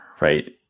right